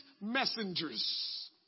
messengers